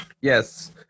yes